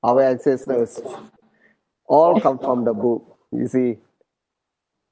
our ancestors all come from the book you see